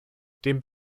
dem